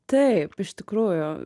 taip iš tikrųjų